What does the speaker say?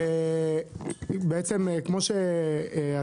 כמו ששמת לב,